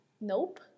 Nope